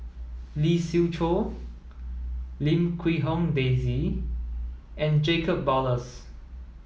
Lee Siew Choh Lim Quee Hong Daisy and Jacob Ballas